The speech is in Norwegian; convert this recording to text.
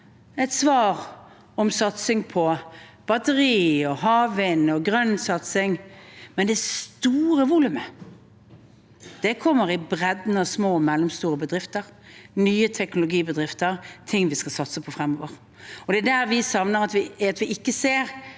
av svaret satsing på batteri, havvind og grønn satsing. Men det store volumet kommer i bredden av små og mellomstore bedrifter, nye teknologibedrifter og ting vi skal satse på fremover. Det er der vi savner å se en